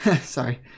Sorry